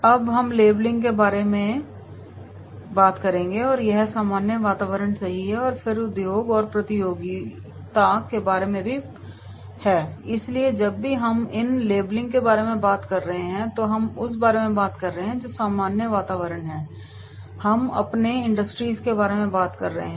अब हम लेबलिंग के बारे में बात करेंगे और यह सामान्य वातावरण सही है और फिर उद्योग और प्रतियोगिता के बारे में भी है इसलिए जब भी हम इन लेबलिंग के बारे में बात कर रहे हैं तो हम उस के बारे में बात कर रहे हैं जो सामान्य वातावरण है हम अपने इंडस्ट्रीज़ के बारे में बात कर रहे हैं